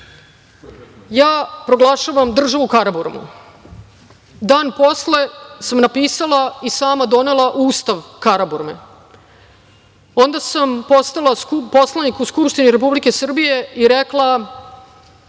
ja proglašavam državu Karaburmu. Dan posle sam napisala i sama donela ustav Karaburme, onda sam postala poslanik u Skupštini Republike Srbije i rekla